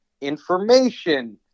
information